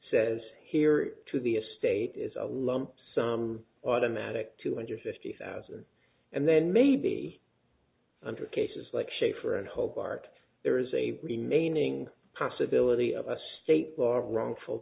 says here to the a state is a lump sum automatic two hundred fifty thousand and then maybe under cases like shaffer and hobart there is a remaining possibility of a state or wrongful